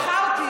אז בהכירך אותי,